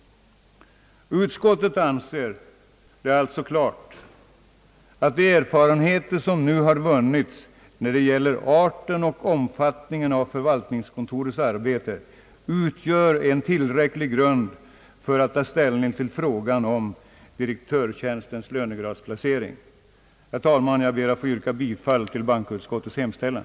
Utskottet anser det alltså klart, att de erfarenheter som nu har vunnits när det gäller arten och omfattningen av förvaltningskontorets arbete utgör en tillräcklig grund för att ta ställning till frågan om direktörstjänstens lönegradsplacering. Herr talman! Jag ber att få yrka bifall till bankoutskottets hemställan.